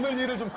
needed